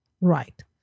Right